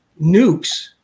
nukes